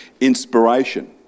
inspiration